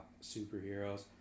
Superheroes